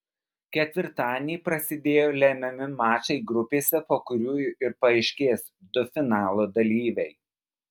ketvirtadienį prasidėjo lemiami mačai grupėse po kurių ir paaiškės du finalo dalyviai